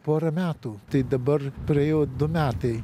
porą metų tai dabar praėjo du metai